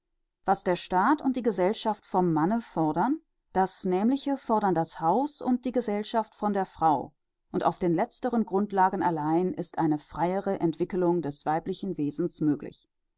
was der staat und die gesellschaft vom manne fordern das nämliche fordern das haus und die gesellschaft von der frau und auf den letzteren grundlagen allein ist eine freiere entwickelung des weiblichen wesens möglich